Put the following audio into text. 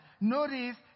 Notice